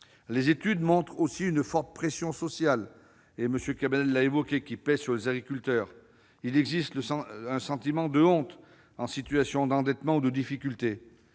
Les études montrent aussi une forte pression sociale, qui pèse sur les agriculteurs. Il existe un sentiment de honte en situation d'endettement ou de difficulté.